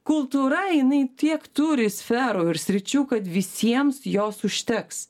kultūra jinai tiek turi sferų ir sričių kad visiems jos užteks